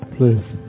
Please